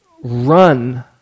run